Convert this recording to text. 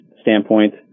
standpoint